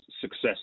success